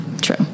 True